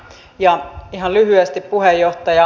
ja ihan lyhyesti puheenjohtaja